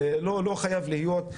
לא חייב להיות...